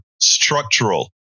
structural